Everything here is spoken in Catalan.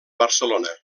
barcelona